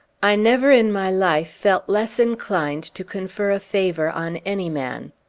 i never, in my life, felt less inclined to confer a favor on any man.